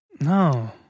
No